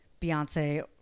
Beyonce